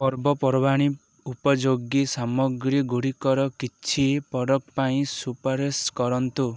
ପର୍ବପର୍ବାଣି ଉପଯୋଗୀ ସାମଗ୍ରୀ ଗୁଡ଼ିକର କିଛି ପ୍ରଡ଼କ୍ଟ ପାଇଁ ସୁପାରିଶ କରନ୍ତୁ